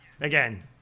Again